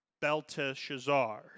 Belteshazzar